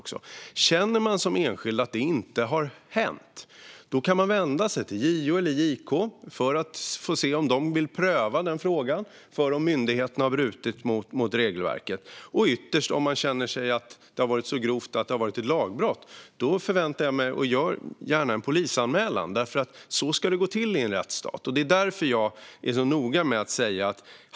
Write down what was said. Känner man som enskild att så inte har skett kan man vända sig till JO eller JK för att se om de vill pröva frågan om myndigheten har brutit mot regelverket. Om man tycker att det har varit så grovt att det har skett ett lagbrott ska man gärna göra en polisanmälan. Så ska det nämligen gå till i en rättsstat.